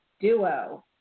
duo